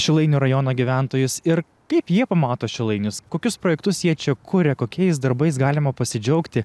šilainių rajono gyventojus ir kaip jie pamato šilainius kokius projektus jie čia kuria kokiais darbais galima pasidžiaugti